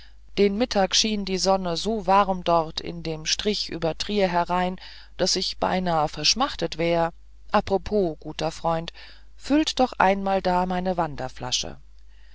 den mittag schien die sonne so warm dort in dem strich über trier herein daß ich beinah verschmachtet wär apropos guter freund füllt doch einmal da meine wanderflasche